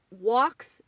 walks